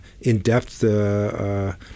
in-depth